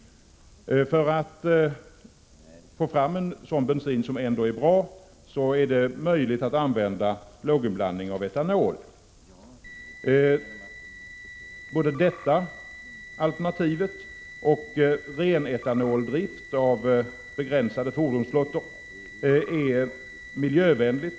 För att få fram en sådan bensin som ändå är bra är det möjligt att använda låginblandning av etanol. Både detta alternativ och ren etanoldrift av begränsade fordonsflottor är miljövänligt.